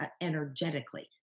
energetically